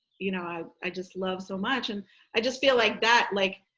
you know, i i just love so much. and i just feel like that, like,